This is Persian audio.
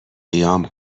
قیام